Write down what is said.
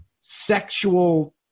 sexual